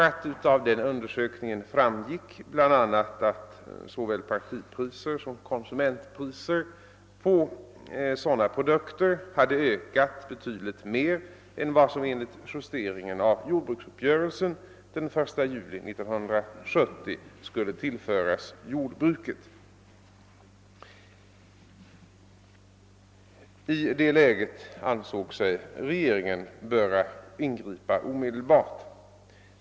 Av den undersökningen framgick bl a. att såväl partipriser som konsumentpriser på sådana produkter hade ökat betydligt mer än vad som enligt justeringen av jordbruksuppgörelsen den 1 juli 1970 skulle tillföras jordbruket. I det läget ansåg sig regeringen böra ingripa omedelbart.